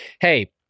Hey